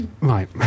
Right